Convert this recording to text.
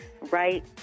right